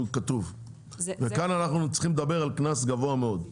כתוב וכאן אנחנו צריכים לדבר על קנס גבוה מאוד,